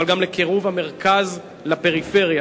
אבל גם לקירוב המרכז לפריפריה.